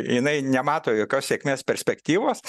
jinai nemato jokios sėkmės perspektyvos